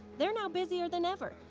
they're now busier than ever,